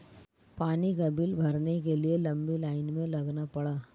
पानी का बिल भरने के लिए लंबी लाईन में लगना पड़ा